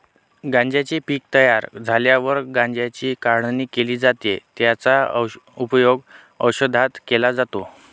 गांज्याचे पीक तयार झाल्यावर गांज्याची काढणी केली जाते, त्याचा उपयोग औषधात केला जातो